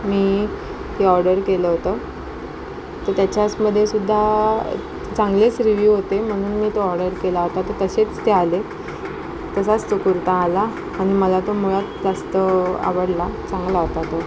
मी ते ऑर्डर केलं होतं तं त्याच्याचमधे सुद्धा चांगलेच रिव्ह्यू होते म्हणून मी तो ऑर्डर केला होता तो तसेच ते आले तसाच तो कुर्ता आला आणि मला तो मुळात जास्त आवडला चांगला होता तो